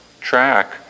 track